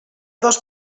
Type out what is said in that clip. dos